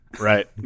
Right